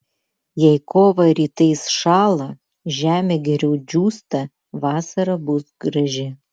jei kovą rytais šąla žemė geriau džiūsta vasara bus graži